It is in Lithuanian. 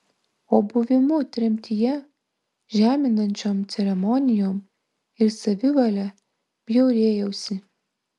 o buvimu tremtyje žeminančiom ceremonijom ir savivale bjaurėjausi